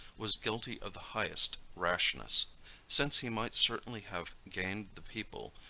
was guilty of the highest rashness since he might certainly have gained the people,